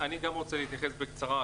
אני גם רוצה להתייחס בקצרה.